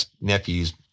nephews